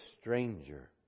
stranger